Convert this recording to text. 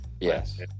Yes